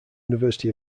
university